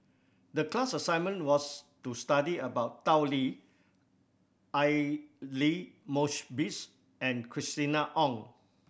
the class assignment was to study about Tao Li Aidli Mosbit and Christina Ong